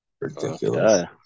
Ridiculous